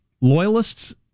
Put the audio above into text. Loyalists